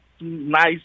nice